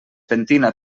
pentina